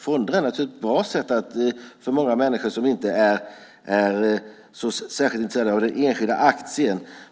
Fonder är naturligtvis bra för många människor som inte är särskilt intresserade av den enskilda aktien.